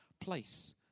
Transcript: place